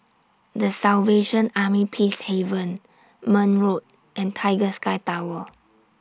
The Salvation Army Peacehaven Marne Road and Tiger Sky Tower